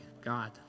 God